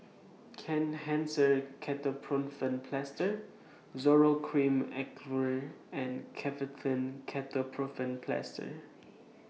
Kenhancer Ketoprofen Plaster Zoral Cream and Ketoprofen Plaster